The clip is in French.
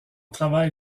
travail